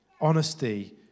honesty